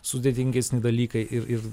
sudėtingesni dalykai ir ir